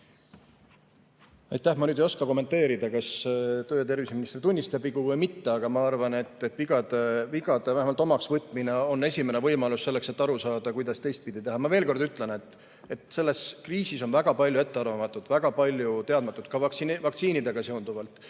Ma ei oska kommenteerida, kas tervise‑ ja tööminister tunnistab vigu või mitte, aga ma arvan, et vähemalt vigade omaksvõtmine on esimene võimalus selleks, et aru saada, kuidas teistpidi teha. Ma veel kord ütlen, et selles kriisis on väga palju ettearvamatut, väga palju teadmatust ka vaktsiinidega seonduvalt.